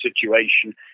situation